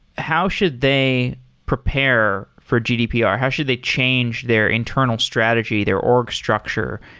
how should they prepare for gdpr? how should they change their internal strategy, their org structure,